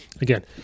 again